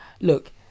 look